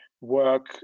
work